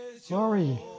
Sorry